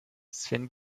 sven